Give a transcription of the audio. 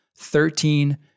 Thirteen